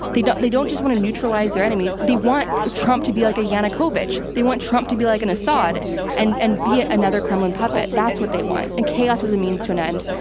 they don't they don't just want to neutralize their enemies they want trump to be like a yanukovych. they want trump to be like an assad and and be another kremlin puppet. that's what they want. and chaos is a means to an end.